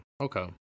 okay